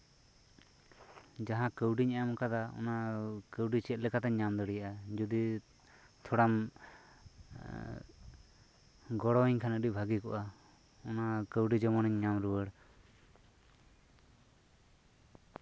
ᱡᱟᱦᱟᱸ ᱠᱟᱹᱣᱰᱤᱧ ᱮᱢ ᱟᱠᱟᱫᱟ ᱚᱱᱟ ᱠᱟᱹᱣᱰᱤ ᱪᱮᱫ ᱞᱮᱠᱟ ᱛᱤᱧ ᱧᱟᱢ ᱫᱟᱲᱮᱭᱟᱜᱼᱟ ᱡᱩᱫᱤ ᱛᱷᱚᱲᱟᱢ ᱜᱚᱲᱚ ᱟᱹᱧ ᱠᱷᱟᱱ ᱟᱹᱰᱤ ᱵᱷᱟᱹᱜᱤ ᱠᱚᱜᱼᱟ ᱚᱱᱟ ᱠᱟᱹᱣᱰᱤ ᱡᱮᱢᱚᱱ ᱤᱧ ᱧᱟᱢ ᱨᱩᱣᱟᱹᱲ